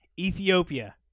Ethiopia